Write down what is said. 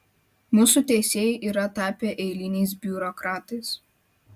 mūsų teisėjai yra tapę eiliniais biurokratais